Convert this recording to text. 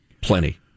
plenty